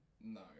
No